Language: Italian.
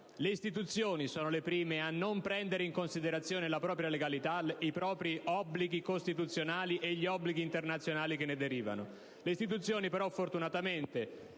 Le istituzioni sono le prime a non prendere in considerazione la propria legalità, i propri obblighi costituzionali e gli obblighi internazionali che ne derivano. Le istituzioni però, fortunatamente,